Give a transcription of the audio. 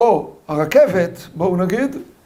או הרכבת, בואו נגיד.